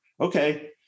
okay